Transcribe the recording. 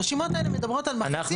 הרשימות האלה מדברות על מחצית חפיפה.